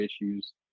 issues